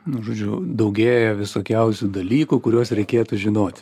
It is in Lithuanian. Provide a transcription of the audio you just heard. nu žodžiu daugėja visokiausių dalykų kuriuos reikėtų žinoti